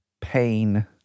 pain